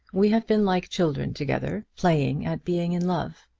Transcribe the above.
we have been like children together, playing at being in love.